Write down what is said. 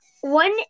One